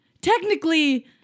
Technically